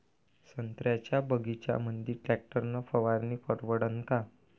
संत्र्याच्या बगीच्यामंदी टॅक्टर न फवारनी परवडन का?